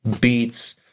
beats